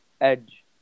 Edge